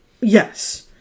Yes